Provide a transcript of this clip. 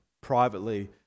privately